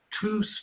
two